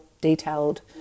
detailed